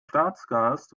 staatsgast